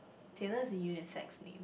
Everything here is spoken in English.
Taylor's a unisex name